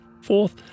Fourth